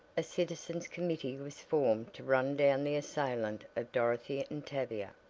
a citizens' committee was formed to run down the assailant of dorothy and tavia.